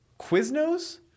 Quiznos